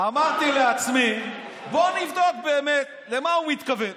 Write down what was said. אמרתי לעצמי: בוא נבדוק באמת למה הוא מתכוון,